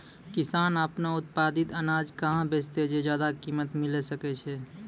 किसान आपनो उत्पादित अनाज कहाँ बेचतै जे ज्यादा कीमत मिलैल सकै छै?